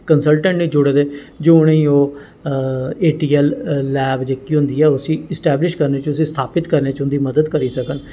कंस्लटन नी जुड़े दे जो उनेंगी ओह् ए टी ऐल लैब जेह्की होंदी ऐ उसी इस्टैबलिश करने च स्थापत करने च उं'दी मदद करी सकन